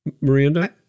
Miranda